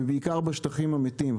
זה בעיקר בשטחים המתים.